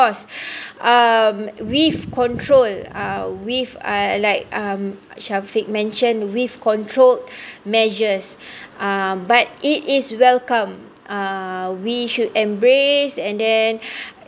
course um with control uh with uh like um shafiq mentioned with control measures um but it is welcome uh we should embrace and then